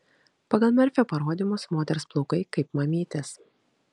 pagal merfio parodymus moters plaukai kaip mamytės